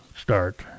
start